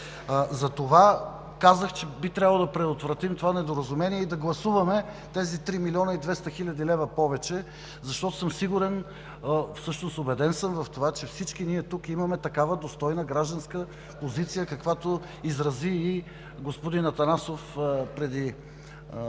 Затова казах, че би трябвало да предотвратим недоразумението и да гласуваме тези 3 млн. 200 хил. лв. повече, защото съм сигурен, всъщност убеден съм в това, че всички ние тук имаме такава достойна гражданска позиция, каквато изрази и господин Атанасов преди